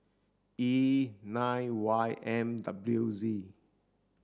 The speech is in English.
E nine Y M W Z